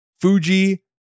Fuji